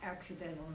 Accidental